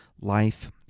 life